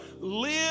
live